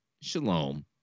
shalom